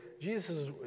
Jesus